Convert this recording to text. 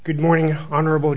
good morning honorable